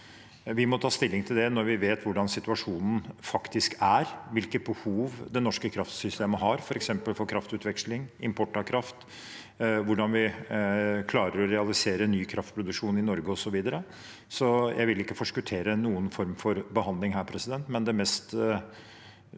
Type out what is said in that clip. Vi må ta stilling til det når vi vet hvordan situasjonen faktisk er, hvilke behov det norske kraftsystemet har for f.eks. kraftutveksling, import av kraft, hvordan vi klarer å realisere ny kraftproduksjon i Norge, osv. Jeg vil ikke forskuttere noen form for behandling her, men det minst